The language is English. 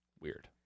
weird